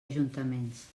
ajuntaments